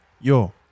yo